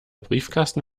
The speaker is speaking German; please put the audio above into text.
briefkasten